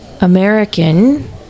American